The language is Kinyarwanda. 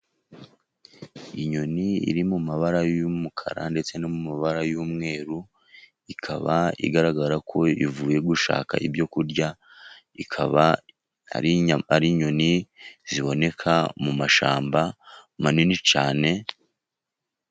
Inyoni iri mu mabara y'umukara ndetse no mu mabara y'umweru. Ikaba igaragara ko ivuye gushaka ibyo kurya, ikaba ari inyoni ziboneka mu mashyamba manini cyane.